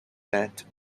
that